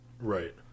Right